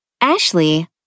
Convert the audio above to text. Ashley